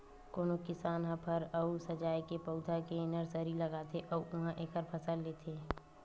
कोनो किसान ह फर अउ सजाए के पउधा के नरसरी लगाथे अउ उहां एखर फसल लेथे